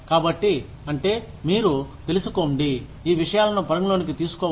కాబట్టి అంటే మీరు తెలుసుకోండి ఈ విషయాలను పరిగణలోకి తీసుకోవాలని